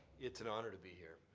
it's an honor to be here.